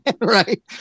Right